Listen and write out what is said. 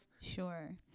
Sure